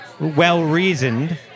well-reasoned